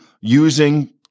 using